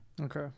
Okay